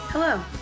Hello